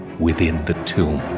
within the two